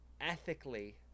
ethically